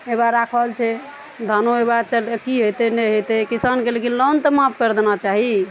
हे बा राखल छै धानो हे बा चल की हेतै नहि हेतै किसानके लेकिन लोन तऽ माफ कर देना चाही